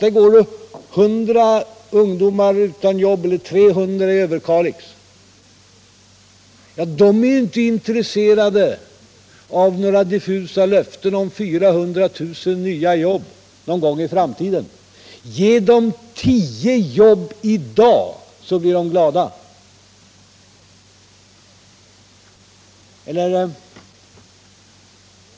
Där är 100 resp. 300 ungdomar utan jobb. De är inte intresserade av några diffusa löften om 400 000 nya jobb någon gång i framtiden. Ge dem tio jobb i dag så blir de glada.